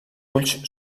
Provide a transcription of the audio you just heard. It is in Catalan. ulls